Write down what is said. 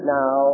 now